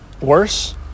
worse